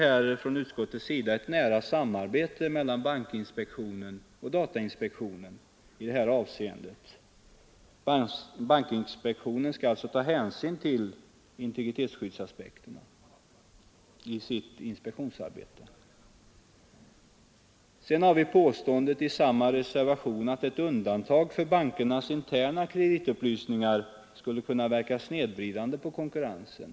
Dessutom förutsätter utskottet ett nära samarbete mellan bankinspektionen och datainspektionen i detta avseende. Bankinspektionen måste alltså ta hänsyn till integritetsskyddsaspekterna i sitt inspektionsarbete. Sedan har vi påståendet i samma reservation att ett undantag för bankernas interna kreditupplysningar skulle kunna verka snedvridande på konkurrensen.